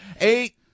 Eight